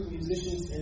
Musicians